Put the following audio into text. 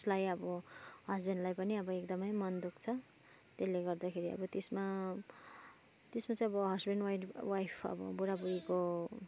उसलाई अब हस्बेन्डलाई पनि अब एकदमै मन दुख्छ त्यसले गर्दाखेरि अब त्यसमा त्यसमा चाहिँ अब हजबेन्ड वाइड वाइफ अब बुढाबुढीको